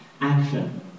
Action